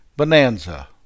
Bonanza